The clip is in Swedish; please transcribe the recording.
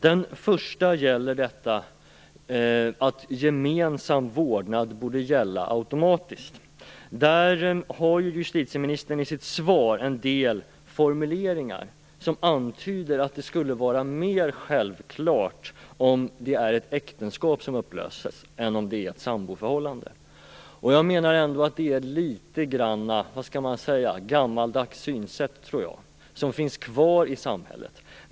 Den första handlar om att gemensam vårdnad automatiskt borde gälla. Justitieministern har i sitt svar en del formuleringar som antyder att detta skulle vara mer självklart om ett äktenskap upplöses än om ett samboförhållande upplöses. Detta är ett litet gammaldags synsätt som finns kvar i samhället.